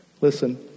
Listen